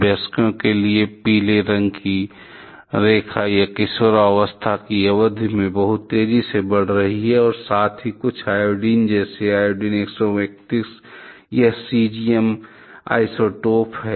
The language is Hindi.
वयस्कों के लिए पीले रंग की रेखा यह किशोरावस्था की अवधि में बहुत तेजी से बढ़ रही है और साथ ही कुछ आयोडीन जैसे आयोडीन 131 यह सीज़ियम आइसोटोप हैं